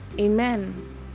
Amen